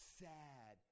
sad